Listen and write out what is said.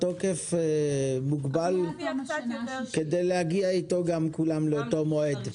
התוקף מוגבל כדי להגיע עם כולם לאותו מועד.